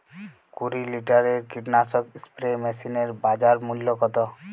কুরি লিটারের কীটনাশক স্প্রে মেশিনের বাজার মূল্য কতো?